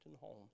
home